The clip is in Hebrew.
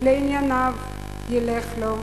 לענייניו ילך לו,